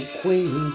queen